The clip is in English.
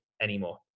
anymore